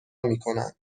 میکنند